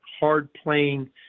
hard-playing